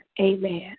Amen